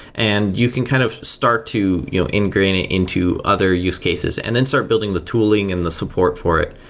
and you can kind of start to you know ingrain it into other use cases and then start building the tooling and the support for it.